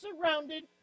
surrounded